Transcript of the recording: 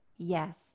Yes